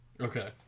Okay